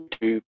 two